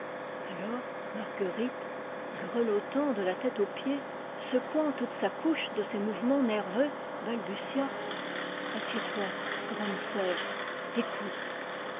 alors marftuerite grelottant de la tête aux pieds secouant toute sa couche de ses mouvements nerveux balbutia assieds-toi grande sœur écoute